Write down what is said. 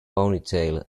ponytail